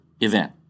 event